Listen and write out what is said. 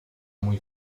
muy